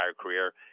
career